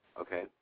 Okay